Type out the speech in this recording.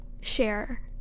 share